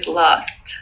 lost